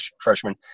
freshman